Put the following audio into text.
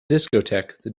discotheque